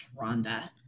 Rhonda